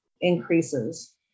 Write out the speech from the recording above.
increases